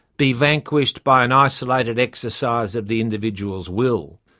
be vanquished by an isolated exercise of the individual's will.